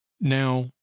Now